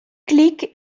klik